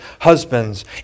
husbands